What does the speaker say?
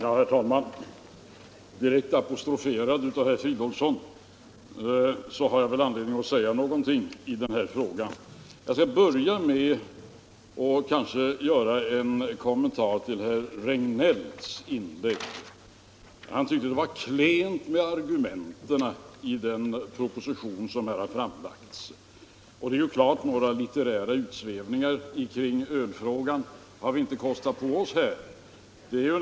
Herr talman! Direkt apostroferad av herr Fridolfsson har jag väl anledning att säga några ord i den här frågan. Men jag skall kanske börja med att göra en kommentar till herr Regnélls inlägg. Han tyckte det var klent med argumenten i den proposition som här har framlagts. Och det är klart — några litterära utsvävningar kring ölfrågan har vi inte kostat på oss.